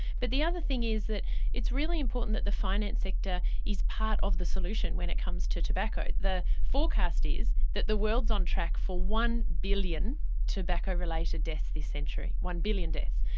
but the other thing is that it's really important that the finance sector is part of the solution when it comes to tobacco. the forecast is that the world is on track for one billion tobacco related deaths this century one billion deaths.